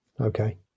Okay